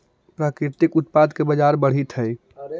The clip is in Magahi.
प्राकृतिक उत्पाद के बाजार बढ़ित हइ